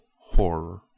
horror